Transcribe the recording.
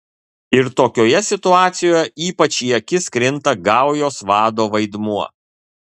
ir tokioje situacijoje ypač į akis krinta gaujos vado vaidmuo